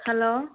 hello